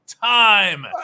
time